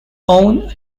own